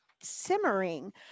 simmering